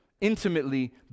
intimately